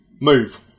move